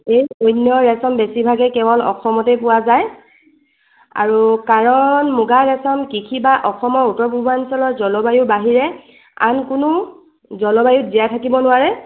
এই ধৰণৰ ৰেছম বেছিভাগেই কেৱল অসমতেই পোৱা যায় আৰু কাৰণ মুগা ৰেছম কৃষি বা অসমৰ উত্তৰ পূৰ্বাঞ্চলৰ জলবায়ুৰ বাহিৰে আন কোনো জলবায়ুত জীয়াই থাকিব নোৱাৰে